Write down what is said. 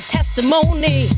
Testimony